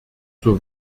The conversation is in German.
zur